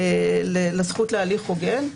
הזכות להליך הוגן.